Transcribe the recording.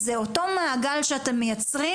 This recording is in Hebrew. זה אותו מעגל שאתם מייצרים,